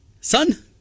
Son